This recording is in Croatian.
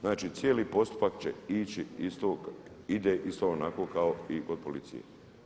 Znači cijeli postupak će ići, ide isto onako kao i od policije.